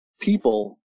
people